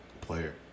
player